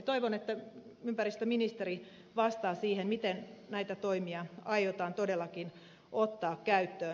toivon että ympäristöministeri vastaa siihen miten näitä toimia aiotaan todellakin ottaa käyttöön